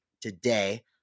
today